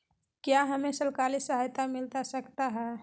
क्या हमे सरकारी सहायता मिलता सकता है?